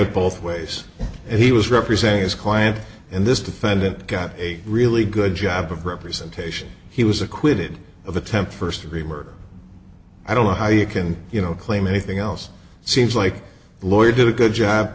it both ways and he was representing his client and this defendant got a really good job of representation he was acquitted of attempt first degree murder i don't know how you can you know claim anything else seems like the lawyer did a good job